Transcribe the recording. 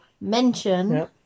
Mention